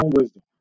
Wisdom